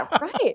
Right